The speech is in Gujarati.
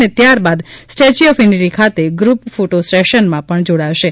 અને ત્યારબાદ સ્ટેચ્યુ ઓફ યુનિટી ખાતે ગ્રુપ ફોટો સેશનમાં પણ જોડા શે